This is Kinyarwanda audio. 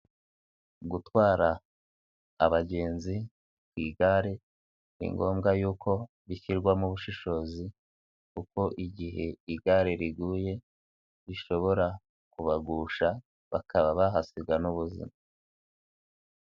Gutwara abagenzi ku igare ni ngombwa yuko bishyirwamo ubushishozi kuko igihe igare riguye rishobora kubagusha bakaba bahasiga n'ubuzima.